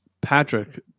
Patrick